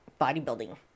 bodybuilding